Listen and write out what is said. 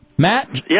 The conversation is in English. Matt